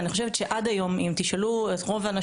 אני חושבת שעד היום אם תשאלו אנשים